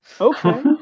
Okay